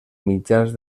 mitjans